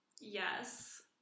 Yes